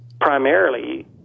primarily